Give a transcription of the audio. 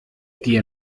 die